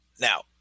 now